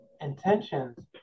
intentions